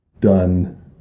done